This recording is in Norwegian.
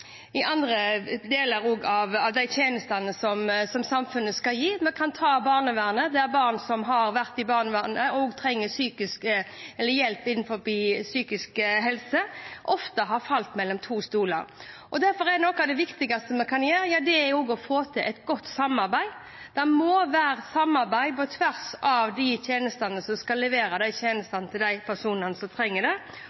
med andre tjenester som samfunnet skal gi. Vi kan ta for oss barnevernet, der barn som har vært i barnevernet og også har trengt hjelp innenfor psykisk helse, ofte har falt mellom to stoler. Derfor er noe av det viktigste vi kan gjøre, å få til et godt samarbeid. Det må være samarbeid på tvers av tjenesteyterne som skal levere